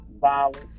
violence